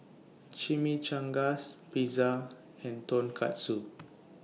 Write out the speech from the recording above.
Chimichangas Pizza and Tonkatsu